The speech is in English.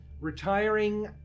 retiring